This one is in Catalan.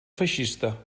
feixista